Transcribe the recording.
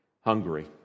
Hungary